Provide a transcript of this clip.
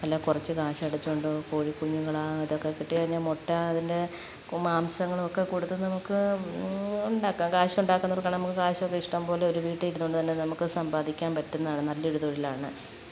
വല്ല കുറച്ച് കാശടച്ചുകൊണ്ട് കോഴിക്കുഞ്ഞുങ്ങളെ ഇതൊക്കെ കിട്ടിയഴിഞ്ഞാൽ മുട്ട അതിൻ്റെ മാംസങ്ങളും ഒക്കെ കൊടുത്ത് നമുക്ക് ഉണ്ടാക്കാം കാശുണ്ടാക്കുന്നവർക്കാണെങ്കിൽ നമുക്ക് കാശൊക്കെ ഇഷ്ടം പോലെ ഒരു വീട്ടിൽ ഇരുന്നുകൊണ്ട് തന്നെ നമുക്ക് സമ്പാദിക്കാൻ പറ്റുന്നതാണ് നല്ലൊരു തൊഴിലാണ്